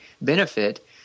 benefit